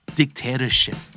dictatorship